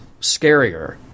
scarier